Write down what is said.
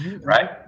right